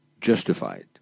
justified